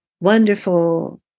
wonderful